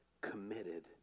committed